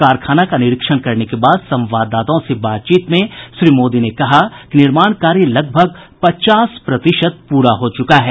कारखाना का निरीक्षण करने के बाद संवाददाताओं से बातचीत में श्री मोदी ने कहा कि निर्माण कार्य लगभग पचास प्रतिशत पूरा हो चुका है